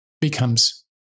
becomes